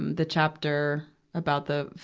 um the chapter about the,